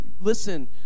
listen